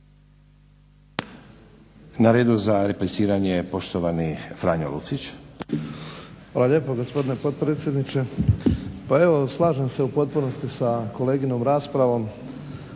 Na redu za repliciranje je poštovani Franjo Lucić. **Lucić, Franjo (HDZ)** Hvala lijepo gospodine potpredsjedniče. Pa evo slažem se u potpunosti sa koleginom raspravom